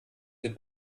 den